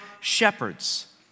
shepherds